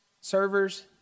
servers